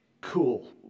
cool